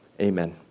amen